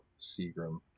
Seagram